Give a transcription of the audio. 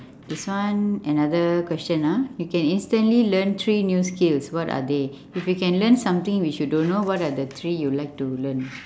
this one another question ah if you can instantly learn three new skills what are they if you can learn something which you don't know what are the three you like to learn